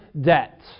debt